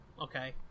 okay